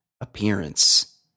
appearance